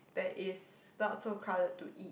that is not so crowded to eat